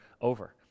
over